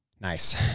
Nice